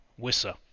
Wissa